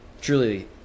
truly